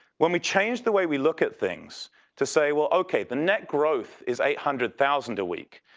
when we change the way we look at things to say well okay, the net growth is eight hundred thousand a week,